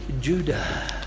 Judah